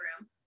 room